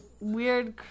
weird